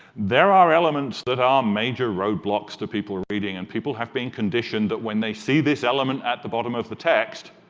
there are elements that are major roadblocks to people reading, and people have been conditioned that when they see this element at the bottom of the text,